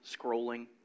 scrolling